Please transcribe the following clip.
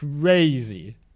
crazy